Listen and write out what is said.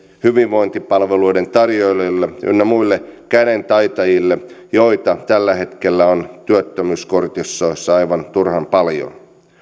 hyvinvointipalveluiden tarjoajille ynnä muille kädentaitajille joita tällä hetkellä on työttömyyskortistossa aivan turhan paljon